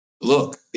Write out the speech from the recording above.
look